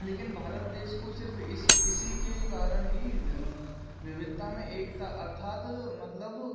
लेकिन भारत देश को सिर्फ इसी इसी के कारण ही विविधता में एकता अर्थात मतलब